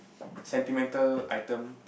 sentimental item